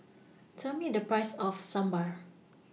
Tell Me The Price of Sambar